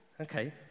okay